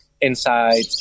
inside